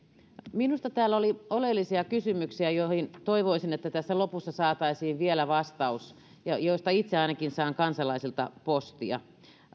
minusta täällä oli oleellisia kysymyksiä joihin toivoisin tässä lopussa vielä vastausta ja joista ainakin itse saan kansalaisilta postia